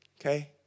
okay